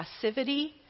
passivity